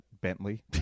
bentley